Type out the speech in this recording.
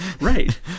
Right